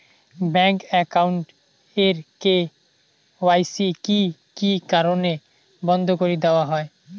Bank account এর KYC কি কি কারণে বন্ধ করি দেওয়া হয়?